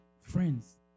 friends